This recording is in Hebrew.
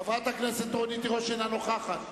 חברת הכנסת רונית תירוש אינה נוכחת.